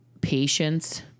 Patience